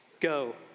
go